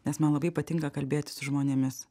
nes man labai patinka kalbėtis su žmonėmis